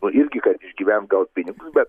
nu irgi kad išgyvent gaut pinigus bet